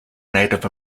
native